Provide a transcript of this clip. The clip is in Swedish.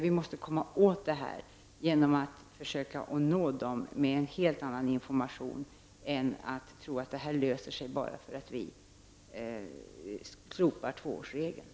Vi måste försöka nå dessa kvinnor med information på ett helt annat sätt än att tro att det hela löser sig bara vi slopar tvåårsregeln.